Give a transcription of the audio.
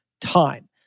time